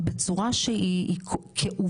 פה יש פורום של מומחים במחלוקות